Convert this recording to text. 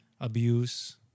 abuse